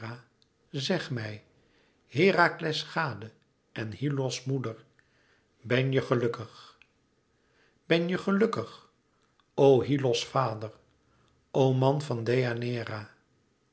zeg mij herakles gade en hyllos moeder ben je gelukkig benje gelukkig o hyllos vader o man van